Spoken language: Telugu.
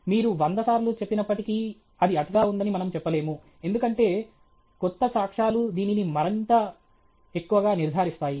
మీరు వందసార్లు చెప్పినప్పటికీ అది అతిగా ఉందని మనము చెప్పలేము ఎందుకంటే క్రొత్త సాక్ష్యాలు దీనిని మరింత ఎక్కువగా నిర్ధారిస్తాయి